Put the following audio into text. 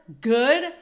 good